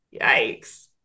Yikes